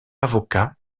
avocat